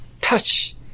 touch